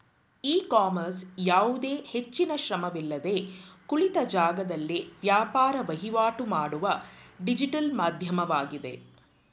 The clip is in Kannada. ಇ ಕಾಮರ್ಸ್ ಯಾವುದೇ ಹೆಚ್ಚಿನ ಶ್ರಮವಿಲ್ಲದೆ ಕುಳಿತ ಜಾಗದಲ್ಲೇ ವ್ಯಾಪಾರ ವಹಿವಾಟು ಮಾಡುವ ಡಿಜಿಟಲ್ ಮಾಧ್ಯಮವಾಗಿದೆ